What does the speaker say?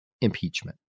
impeachment